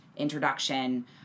introduction